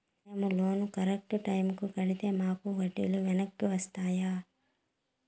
మేము loan correct టైముకి కట్టితే మాకు వడ్డీ లు వెనక్కి వస్తాయా?